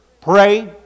pray